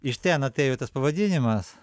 iš ten atėjo tas pavadinimas